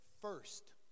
first